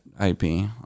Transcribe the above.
ip